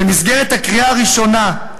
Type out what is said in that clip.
במסגרת הקריאה הראשונה,